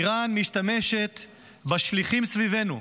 איראן משתמשת בשליחים סביבנו,